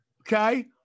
okay